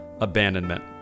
abandonment